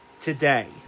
today